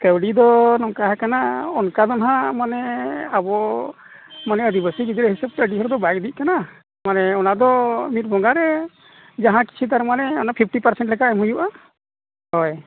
ᱠᱟᱹᱣᱰᱤᱫᱚ ᱱᱚᱝᱠᱟ ᱟᱠᱟᱱᱟ ᱚᱱᱠᱟᱫᱚ ᱦᱟᱜ ᱢᱟᱱᱮ ᱟᱵᱚ ᱢᱟᱱᱮ ᱟᱹᱫᱤᱵᱟᱹᱥᱤ ᱜᱤᱫᱽᱨᱟᱹ ᱦᱤᱥᱟᱹᱵᱽ ᱛᱮ ᱟᱹᱰᱤ ᱦᱚᱲᱫᱚ ᱵᱟᱭ ᱠᱟᱱᱟ ᱢᱟᱱᱮ ᱚᱱᱟᱫᱚ ᱢᱤᱫ ᱵᱚᱸᱜᱟᱨᱮ ᱡᱟᱦᱟᱸ ᱛᱟᱨᱢᱟᱱᱮ ᱚᱱᱟ ᱯᱷᱤᱯᱴᱤ ᱯᱟᱨᱥᱮᱱᱴ ᱞᱮᱠᱟ ᱮᱢ ᱦᱩᱭᱩᱜᱼᱟ ᱦᱳᱭ